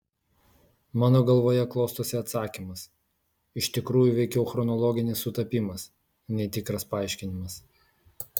mano galvoje klostosi atsakymas iš tikrųjų veikiau chronologinis sutapimas nei tikras paaiškinimas